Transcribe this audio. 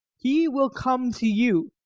he will come to you.